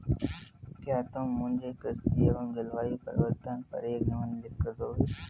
क्या तुम मुझे कृषि एवं जलवायु परिवर्तन पर एक निबंध लिखकर दोगे?